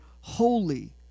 holy